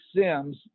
Sims